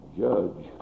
judge